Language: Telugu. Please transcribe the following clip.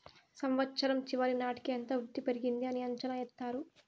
సంవచ్చరం చివరి నాటికి ఎంత వృద్ధి పెరిగింది అని అంచనా ఎత్తారు